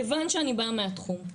מכיוון שאני באה מהתחום,